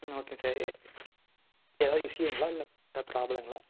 ம் okay sir எதாவது இஸ்யூங்களா இல்லை எதாவது ப்ராப்லம்களா